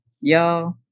y'all